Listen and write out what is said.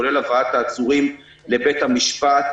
כולל הבאת העצורים לבית המשפט,